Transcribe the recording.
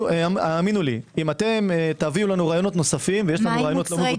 האמינו לי אם אתם תביאו לנו רעיונות נוספים- - מה עם מוצרי תינוקות?